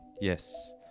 Yes